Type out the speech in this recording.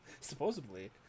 Supposedly